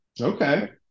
Okay